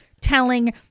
telling